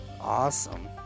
awesome